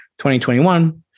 2021